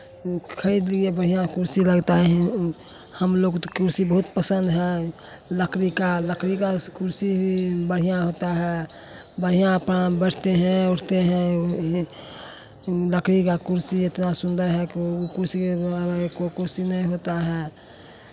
खरीद लिए बढ़ियाँ कुर्सी लगता है हमलोग तो कुर्सी बहुत पसंद है लकड़ी का लकड़ी का कुर्सी बढ़ियाँ होता है बढ़ियाँ पर बैठते हैं उठते हैं लकड़ी का कुर्सी इतना सुंदर है की कुर्सी के बराबर कोई कुर्सी नहीं होता है